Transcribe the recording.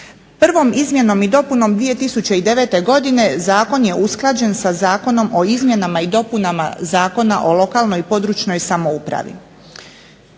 Prvom izmjenom i dopunom 2009. godine zakon je usklađen sa Zakonom o izmjenama i dopunama Zakona o lokalnoj i područnoj samoupravi.